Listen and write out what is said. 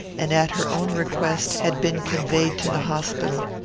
and, at her own request, had been conveyed to the hospital.